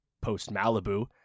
post-Malibu